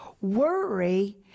Worry